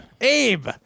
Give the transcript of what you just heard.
Abe